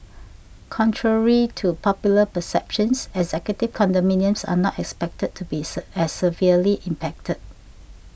contrary to popular perceptions executive condominiums are not expected to be as severely impacted